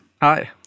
Hi